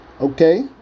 Okay